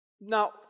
Now